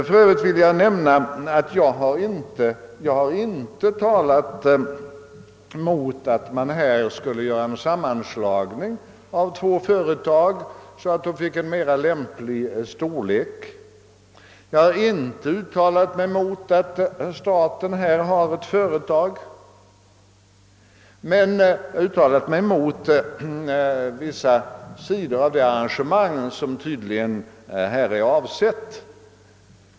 För Övrigt vill jag framhålla att jag inte har uttalat mig mot en sammanslagning av de två företagen så att de får en mer lämplig storlek. Jag har inte heller uttalat mig mot att staten får ett företag på detta område. Däremot har jag uttalat mig emot vissa sidor av det arrangemang som man föreslagit.